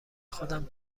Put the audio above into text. خودم